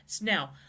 now